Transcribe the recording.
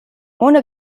ohne